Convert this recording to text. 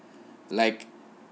like